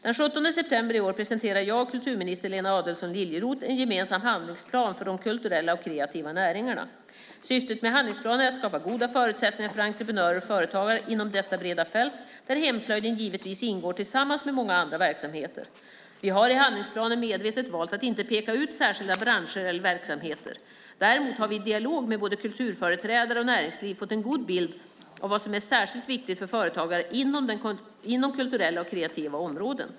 Den 17 september i år presenterade jag och kulturminister Lena Adelsohn Liljeroth en gemensam handlingsplan för de kulturella och kreativa näringarna. Syftet med handlingsplanen är att skapa goda förutsättningar för entreprenörer och företagare inom detta breda fält där hemslöjden givetvis ingår tillsammans med många andra verksamheter. Vi har i handlingsplanen medvetet valt att inte peka ut särskilda branscher eller verksamheter. Däremot har vi i dialog med både kulturföreträdare och näringsliv fått en god bild av vad som är särskilt viktigt för företagare inom kulturella och kreativa områden.